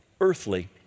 earthly